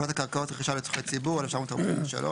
פקודת הקרקעות (רכישה לצרכי ציבור), 1943,